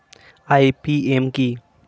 IPM কি?